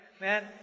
Man